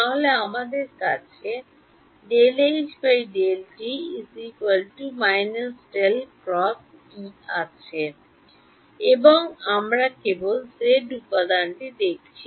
তাহলে আমাদের আছে এবং আমরা কেবল z উপাদানটি দেখছি